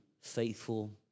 faithful